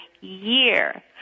year